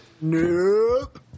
Nope